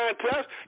contest